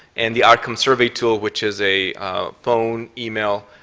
and the outcome survey tool, which is a phone, email,